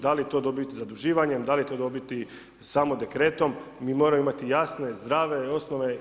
Da li je to dobiti zaduživanjem, da li je to dobiti samo dekretom mi moramo imati jasne, zdrave osnove.